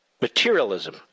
materialism